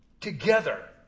together